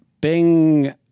Bing